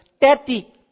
Daddy